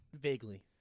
Vaguely